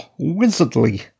wizardly